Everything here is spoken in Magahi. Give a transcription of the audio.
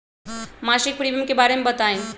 मासिक प्रीमियम के बारे मे बताई?